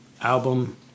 album